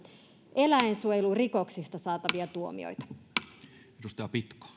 eläinsuojelurikoksista saatavia tuomioita